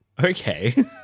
Okay